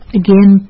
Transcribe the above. again